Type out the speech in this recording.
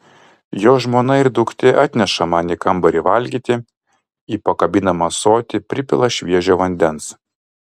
jo žmona ir duktė atneša man į kambarį valgyti į pakabinamą ąsotį pripila šviežio vandens